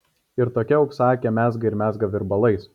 ir tokia auksaakė mezga ir mezga virbalais